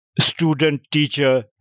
student-teacher